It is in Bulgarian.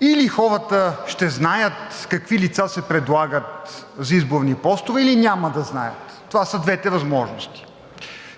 или хората ще знаят какви лица се предлагат за изборни постове, или няма да знаят. Това са двете възможности.